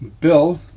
Bill